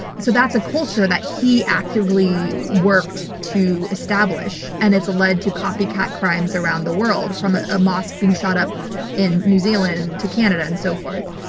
so that's a culture that he actively worked to establish, and it's alluded to copycat crimes around the world from a mosque being shot up in new zealand to canada and so forth.